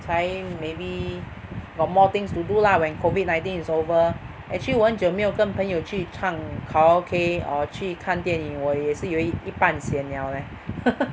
才 maybe got more things to do lah when COVID nineteen is over actually 我很久没有跟朋友去唱 karaoke or 去看电影我也是有一一半 sian liao leh